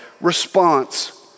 response